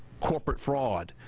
corporate fraud,